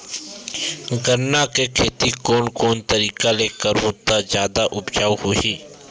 गन्ना के खेती कोन कोन तरीका ले करहु त जादा उपजाऊ होही?